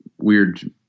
Weird